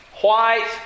white